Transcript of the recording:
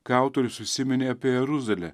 kai autorius užsiminė apie jeruzalę